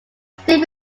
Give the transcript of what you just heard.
still